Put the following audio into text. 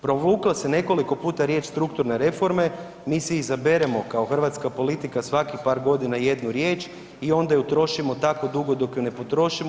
Provuklo se nekoliko puta riječ strukturne reforme, mi si izaberemo kao hrvatska politika svakih par godina jednu riječ i onda ju trošimo tako dugo dok ju ne potrošimo.